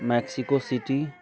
Mexico city